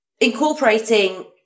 incorporating